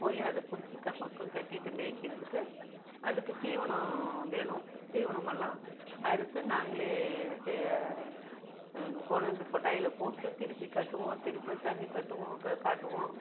போய் அதைப் பிடிச்சி பக்கம் கட்டிவிட்டு மேய்க்கிறதுக்கு அதுக்கு தீவனம் வேணும் தீவனமெல்லாம் அறுத்து நாங்களே சே கொண்டாந்து கொட்டாயில் போட்டு திருப்பிக் கட்டுவோம் திருப்பி தண்ணி கட்டுவோம் க காட்டுவோம்